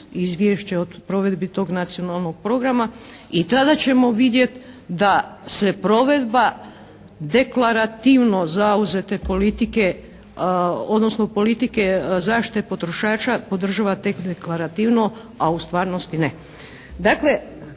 izvješće o provedbi tog nacionalnog programa i tada ćemo vidjeti da se provedba deklarativno zauzete politike, odnosno politike zaštite potrošača podržava tek deklarativno a u stvarnosti ne.